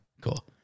cool